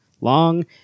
Long